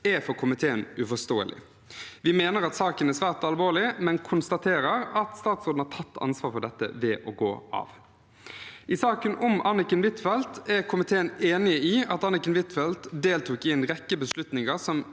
er for komiteen uforståelig. Vi mener at saken er svært alvorlig, men konstaterer at statsråden har tatt ansvar for dette ved å gå av. I saken om Anniken Huitfeldt er komiteen enig i at Anniken Huitfeldt deltok i en rekke beslutninger